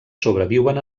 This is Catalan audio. sobreviuen